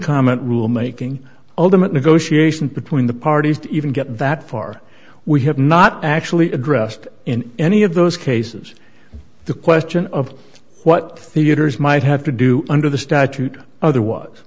comment rule making ultimately goshi between the parties to even get that far we have not actually addressed in any of those cases the question of what theaters might have to do under the statute other